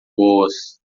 boas